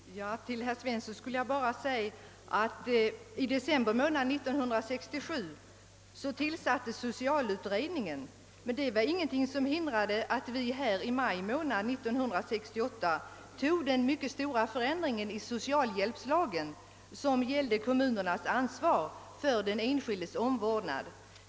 Herr talman! Till herr Svensson vill jag bara säga att det i december månad 1967 tillsattes en socialutredning. Men det var ingenting som hindrade att vi i maj månad 1968 tog den mycket stora förändringen i socialhjälpslagen som gäller kommunernas ansvar för den enskildes omvårdnad.